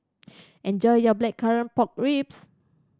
enjoy your Blackcurrant Pork Ribs